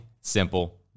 simple